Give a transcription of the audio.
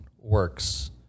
works